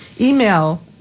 Email